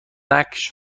نقش